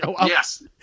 Yes